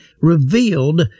revealed